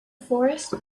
forest